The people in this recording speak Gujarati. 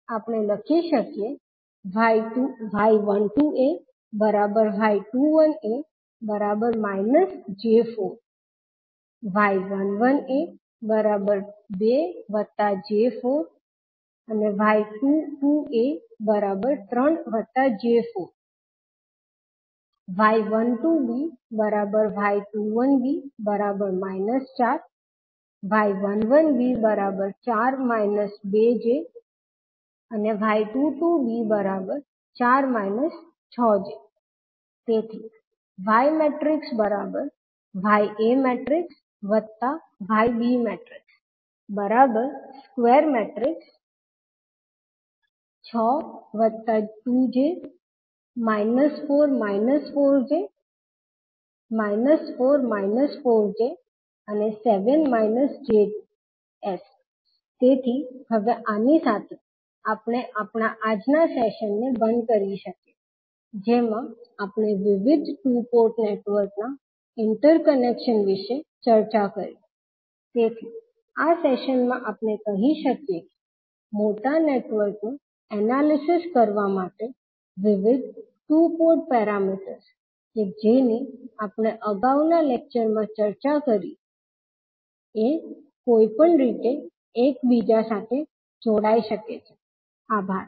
આપણે લખી શકીએ 𝐲12𝒂 𝐲21𝒂 −𝑗4 𝐲11𝒂 2 𝑗4 𝐲22𝒂 3 𝑗4 𝐲12𝒃 𝐲21𝒃 −4 𝐲11𝒃 4 − 𝑗2 𝐲22𝒃 4 − 𝑗6 તેથી તેથી હવે આની સાથે આપણે આપણા આજના સેશનને બંધ કરી શકીએ છીએ જેમાં આપણે વિવિધ ટુ પોર્ટ નેટવર્કના ઇન્ટરકનેક્શન વિશે ચર્ચા કરી તેથી આ સેશનમાં આપણે કહી શકીએ કે મોટા નેટવર્ક્સ નું એનાલિસિસ કરવા માટે વિવિધ ટુ પોર્ટ પેરામીટર્સ કે જેની આપણે અગાઉના લેક્ચરમાં ચર્ચા કરી તે કોઈપણ રીતે એકબીજા સાથે જોડાઈ શકે છે છે આભાર